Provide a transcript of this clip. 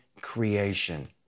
creation